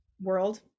world